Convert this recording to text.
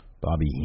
Bobby